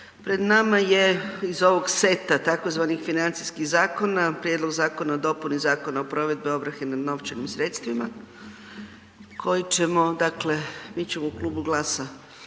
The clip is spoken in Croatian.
Pred nama je iz ovog seta tzv. financijskih zakona Prijedlog zakona o dopuni Zakona o provedbi ovrhe na novčanim sredstvima koji ćemo u klubu GLAS-a